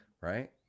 right